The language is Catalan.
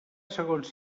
segons